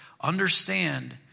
understand